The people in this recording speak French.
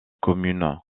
commune